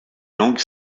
langues